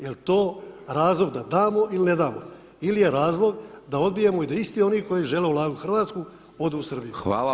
Jel' to razlog da damo ili ne damo ili je razlog da odbijamo i da isti koji žele ulagati u Hrvatsku, odu u Srbiju.